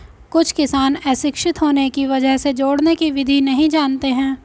कुछ किसान अशिक्षित होने की वजह से जोड़ने की विधि नहीं जानते हैं